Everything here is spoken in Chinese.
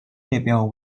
列表